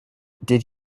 did